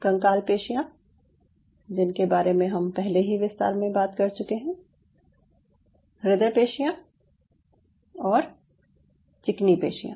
कंकाल पेशियाँ जिनके बारे में हम पहले ही विस्तार में बात कर चुके हैं हृदय पेशियाँ और चिकनी पेशियाँ